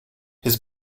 his